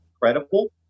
credible